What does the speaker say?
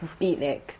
beatnik